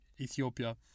Ethiopia